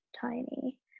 tiny